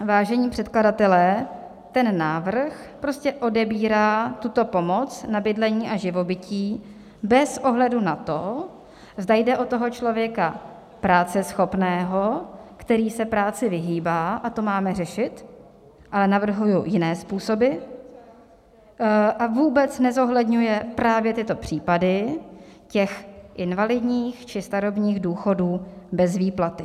Vážení předkladatelé, ten návrh prostě odebírá tuto pomoc na bydlení a živobytí bez ohledu na to, zda jde o toho člověka práceschopného, který se práci vyhýbá a to máme řešit, ale navrhuju jiné způsoby , a vůbec nezohledňuje právě případy těch invalidních či starobních důchodů bez výplaty.